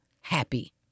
happy